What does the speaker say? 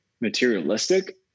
materialistic